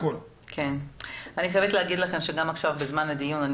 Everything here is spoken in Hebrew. אני חייבת להגיד לכם שגם עכשיו בזמן הדיון אני